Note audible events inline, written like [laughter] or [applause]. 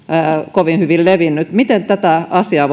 kovin hyvin levinnyt miten tätä asiaa [unintelligible]